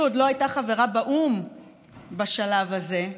עוד לא הייתה חברה באו"ם בשלב הזה,